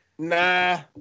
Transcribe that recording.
Nah